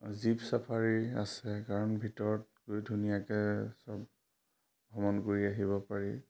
jeep safari আছে কাৰণ ভিতৰত গৈ ধুনীয়াকৈ চব ভ্ৰমণ কৰি আহিব পাৰি